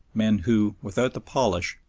men who, without the polish,